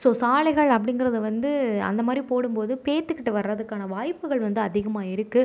so சாலைகள் அப்படிங்குறது வந்து அந்த மாதிரி போடும் போது பேத்துக்கிட்டு வரதுக்கான வாய்ப்புகள் வந்து அதிகமாக இருக்கு